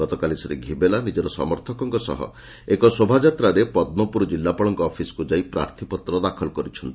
ଗତକାଲି ଶ୍ରୀ ଘିବେଲା ନିଜର ସମର୍ଥକଙ୍କ ସହ ଏକ ଶୋଭାଯାତ୍ରାରେ ପଦ୍କପୁର କିଲ୍ଲାପାଳଙ୍କ ଅଫିସ୍କୁ ଯାଇ ପ୍ରାର୍ଥୀପତ୍ର ଦାଖଲ କରିଛନ୍ତି